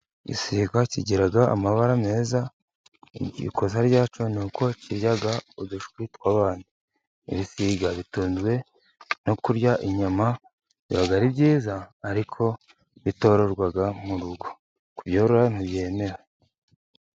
Igisiga kigira amabara meza, ikosa rya cyo ni uko kirya udushwi tw'abandi. Ibisiga bitunzwe no kurya inyama biba ari byiza ariko bitororwa mu rugo, kubyorora ntiyemewe